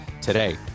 today